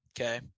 okay